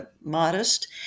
modest